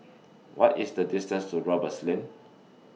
What IS The distance to Roberts Lane